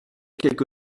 quelque